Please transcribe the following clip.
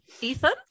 Ethan